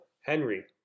Henry